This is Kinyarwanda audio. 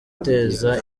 guteza